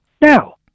now